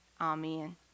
Amen